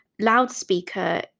loudspeaker